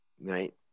right